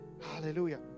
Hallelujah